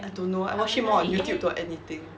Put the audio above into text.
I don't know I watch him more on youtube tor~ anything